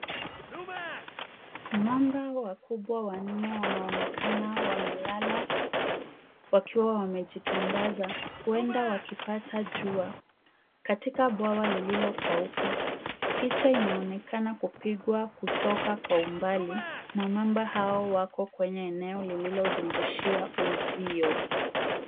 Mamba wakubwa wanne wanaonekana wamelala wakiwa wamejitandaza, huenda wakipata jua katika bwawa lililokauka. Picha inaonekana kupigwa kutoka kwa umbali na mamba hao wako kwenye eneo lililozungushiwa uzio.